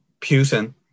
Putin